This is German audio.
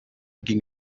ging